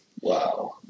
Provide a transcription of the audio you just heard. Wow